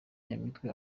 nyamitwe